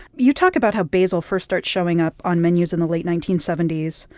you talk about how basil first starts showing up on menus in the late nineteen seventy s,